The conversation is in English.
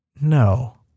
No